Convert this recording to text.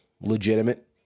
legitimate